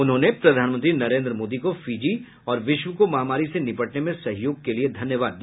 उन्होंने प्रधानमंत्री नरेंद्र मोदी को फिजी और विश्व को महामारी से निपटने में सहयोग के लिए धन्यवाद दिया